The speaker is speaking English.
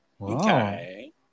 Okay